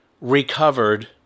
recovered